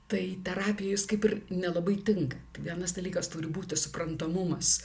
tai terapijai kaip ir nelabai tinka vienas dalykas turi būti suprantamumas